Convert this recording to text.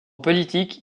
politique